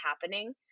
happening